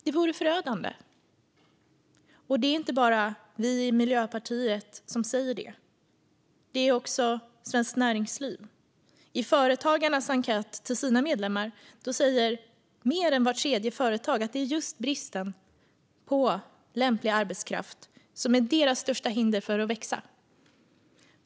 Det vore förödande, och det är inte bara vi i Miljöpartiet som säger det utan också Svenskt Näringsliv. I Företagarnas enkät till medlemmarna säger mer än vart tredje företag att det är just bristen på lämplig arbetskraft som är deras största hinder för att växa.